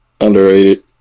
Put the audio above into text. Underrated